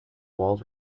walls